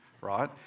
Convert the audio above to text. right